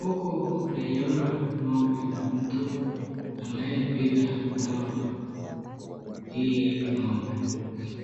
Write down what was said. Huku naiona ng'ombe na mtu anayepiga dawa hii ng'ombe.